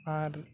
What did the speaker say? ᱟᱨ